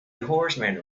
horseman